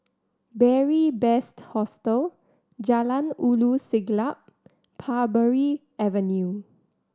Beary Best Hostel Jalan Ulu Siglap Parbury Avenue